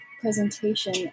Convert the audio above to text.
presentation